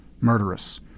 murderous